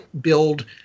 build